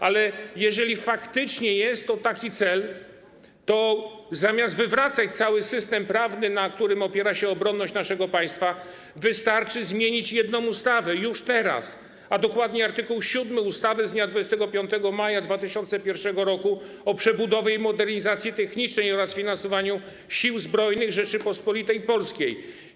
Ale jeżeli faktycznie jest to taki cel, to zamiast wywracać cały system prawny, na którym opiera się obronność naszego państwa, wystarczy zmienić jedną ustawę już teraz, a dokładnie art. 7 ustawy z dnia 25 maja 2001 r. o przebudowie i modernizacji technicznej oraz finansowaniu Sił Zbrojnych Rzeczypospolitej Polskiej.